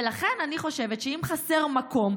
ולכן אני חושבת שאם חסר מקום,